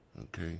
Okay